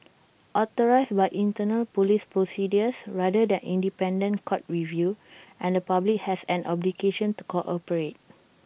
authorised by internal Police procedures rather than independent court review and the public has an obligation to cooperate